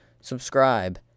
Subscribe